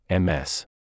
ms